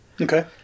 Okay